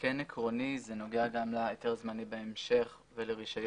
כן עקרוני, זה נוגע גם להיתר זמני בהמשך ולרישיון.